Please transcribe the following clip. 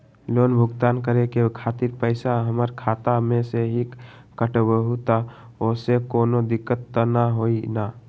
Loan भुगतान करे के खातिर पैसा हमर खाता में से ही काटबहु त ओसे कौनो दिक्कत त न होई न?